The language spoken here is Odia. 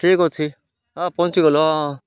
ଠିକ ଅଛି ହଁ ପହଞ୍ଚିଗଲ ହଁ